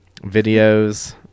Videos